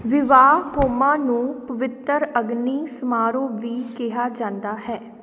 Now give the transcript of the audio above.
ਵਿਵਾਹ ਕੋਮਾ ਨੂੰ ਪਵਿੱਤਰ ਅਗਨੀ ਸਮਾਰੋਹ ਵੀ ਕਿਹਾ ਜਾਂਦਾ ਹੈ